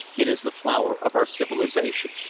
it is the flower of our civilization.